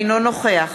אינו נוכח